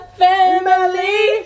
family